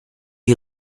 you